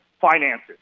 finances